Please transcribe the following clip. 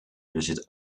bezit